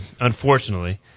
unfortunately